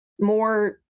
more